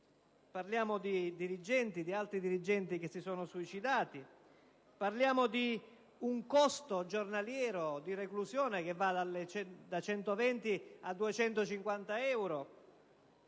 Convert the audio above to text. Parliamo di alti dirigenti che si sono suicidati, parliamo di un costo giornaliero della reclusione che va da 120 a 250 euro.